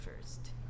first